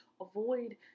avoid